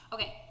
Okay